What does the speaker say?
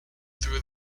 through